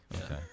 Okay